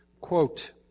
quote